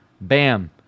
Bam